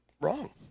wrong